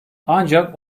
ancak